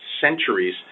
centuries